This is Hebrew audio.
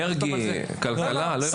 מרגי, כלכלה, לא הבנתי?